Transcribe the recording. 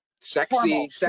sexy